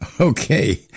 Okay